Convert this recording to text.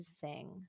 sing